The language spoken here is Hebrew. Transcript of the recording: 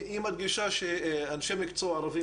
היא מרגישה שאנשי מקצוע ערבים